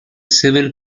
civil